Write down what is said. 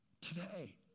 today